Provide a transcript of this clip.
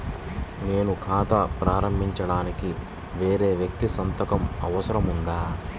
నేను ఖాతా ప్రారంభించటానికి వేరే వ్యక్తి సంతకం అవసరం ఉందా?